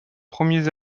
premiers